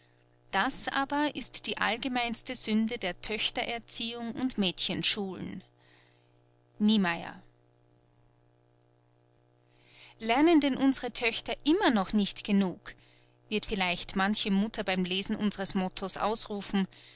das aber ist die allgemeinste sünde der töchtererziehung und mädchenschulen niemeyer lernen denn unsre töchter immer noch nicht genug wird vielleicht manche mutter beim lesen unsres motto's ausrufen